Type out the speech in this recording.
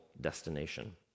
destination